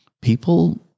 people